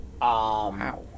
Wow